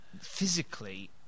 physically